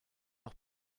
noch